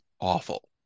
awful